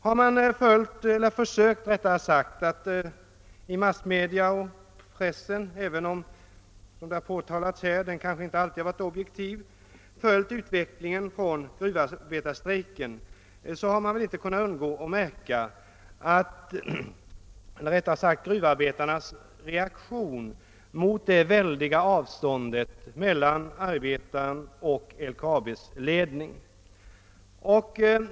Om man har försökt att i massmedia — även om bevakningen inte alltid varit objektiv — följa utvecklingen vid gruvarbetarstrejken har man inte kunnat undgå att märka gruvarbetarnas reaktion mot det väldiga avståndet mellan arbetaren och LKAB:s ledning.